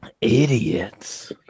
Idiots